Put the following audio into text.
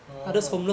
oh